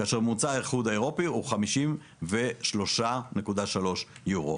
כאשר ממוצע האיחוד האירופי הוא 53.3 יורו.